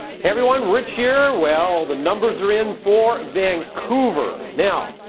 hey everyone, rich here. well, the numbers are in for vancouver. now,